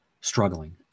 struggling